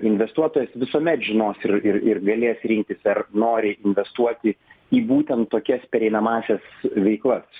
investuotojas visuomet žinos ir ir ir galės rinktis ar nori investuoti į būtent tokias pereinamąsias veiklas